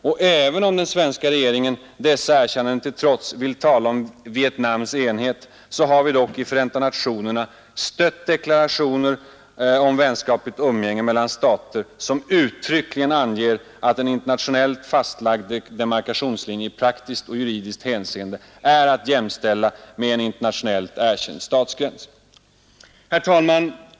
Och även om den svenska regeringen, dessa erkännanden till trots, vill tala om Vietnams enighet, har vi dock i Förenta nationerna stött deklarationer om vänskapligt umgänge mellan stater som uttryckligen anger att en internationellt fastlagd demarkationslinje i praktiskt och juridiskt hänseende är att jämställa med en internationellt erkänd statsgräns. Herr talman!